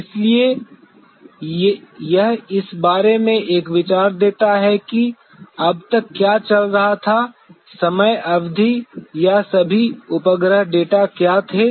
इसलिए यह इस बारे में एक विचार देता है कि अब तक क्या चल रहा था समय अवधि या सभी उपग्रह डेटा क्या थे